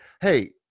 Hey